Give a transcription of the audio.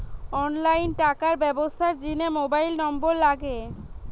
online টাকার ব্যবস্থার জিনে মোবাইল নম্বর লাগে